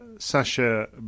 Sasha